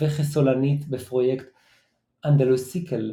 וכסולנית בפרויקט "אנדלוסיקל"